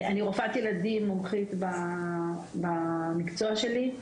אני רופאת ילדים מומחית במקצוע שלי,